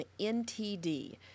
ntd